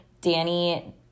Danny